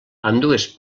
ambdues